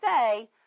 say